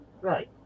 Right